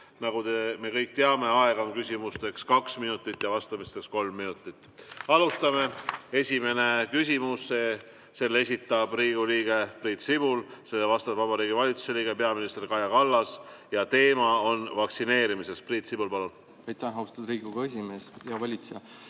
Nagu me kõik teame, aega on küsimiseks kaks minutit ja vastamiseks kolm minutit. Alustame. Esimene küsimus. Selle esitab Riigikogu liige Priit Sibul, sellele vastab Vabariigi Valitsuse liige peaminister Kaja Kallas ja teema on vaktsineerimine. Priit Sibul, palun!